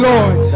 Lord